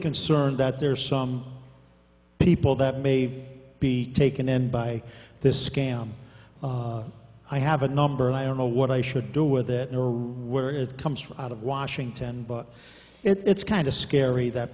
concerned that there are some people that may be taken in by this scam i have a number and i don't know what i should do with it or where it comes from out of washington but it's kind of scary that